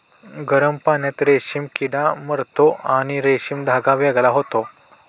गरम पाण्यात रेशीम किडा मरतो आणि रेशीम धागा वेगळा होतो